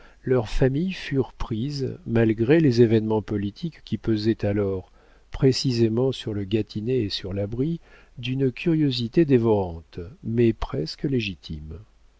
leurs familles furent prises malgré les événements politiques qui pesaient alors précisément sur le gâtinais et sur la brie d'une curiosité dévorante mais presque légitime